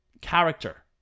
character